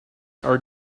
are